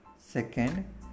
Second